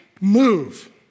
move